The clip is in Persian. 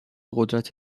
قدرت